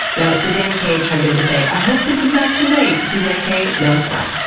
now, suzanne k chimed in to say, i hope this is not too late! suzanne k, no it's not.